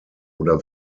oder